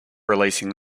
releasing